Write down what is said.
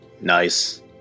nice